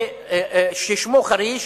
ששמו חריש,